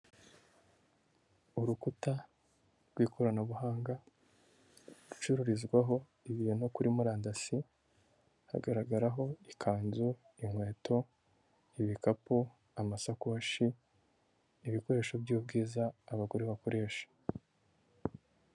Urukuta, rw'ikoranabuhanga, rucururizwaho ibuntu kuri murandasi. hagaragaraho ikanzu, inkweto, ibikapu, amasakoshi, ibikoresho by'ubwiza abagore bakoresha.